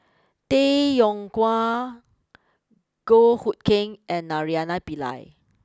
Tay Yong Kwang Goh Hood Keng and Naraina Pillai